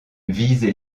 vise